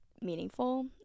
meaningful